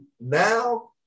Now